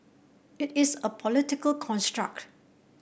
it is a political construct